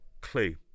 clue